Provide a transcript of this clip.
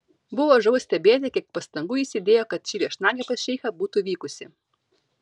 buvo žavu stebėti kiek pastangų jis įdėjo kad ši viešnagė pas šeichą būtų vykusi